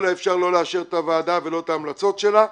האפשר לא לאשר את הוועדה ולא את ההמלצות שלה.